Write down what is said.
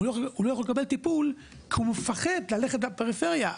הוא לא יכול לקבל טיפול כי הוא מפחד ללכת לפריפריה,